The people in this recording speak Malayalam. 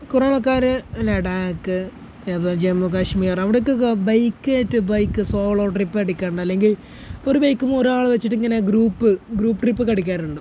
കൊറോണക്കാർ ലഡാക്ക് അപ്പോൾ ജമ്മുകാശ്മീർ അവിടേക്കൊക്കെ ബൈക്കായിട്ട് ബൈക്ക് സോളോ ട്രിപ്പ് അടിക്കാം അല്ലെങ്കിൽ ഒരു ബൈക്കും ഒരാൾ വെച്ചിട്ടിങ്ങനെ ഗ്രൂപ്പ് ഗ്രൂപ്പ് ട്രിപ്പൊക്കെ അടിക്കാറുണ്ട്